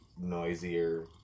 noisier